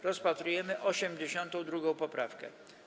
Rozpatrujemy 82. poprawkę.